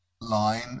line